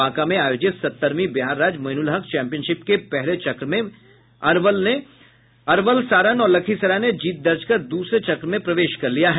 बांका में आयोजित सत्तरवीं बिहार राज्य मोइनुलहक चैम्पियनशिप के पहले चक्र के मुकाबले में अरवल सारण और लखीसराय ने जीत दर्ज कर दूसरे चक्र मे प्रवेश कर लिया है